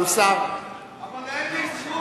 אבל הוא שר, אבל אין לי זכות להגיש ערר.